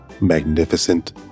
magnificent